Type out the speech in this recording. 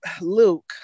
Luke